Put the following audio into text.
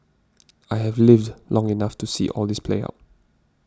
I have lived long enough to see all this play out